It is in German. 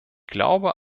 glaube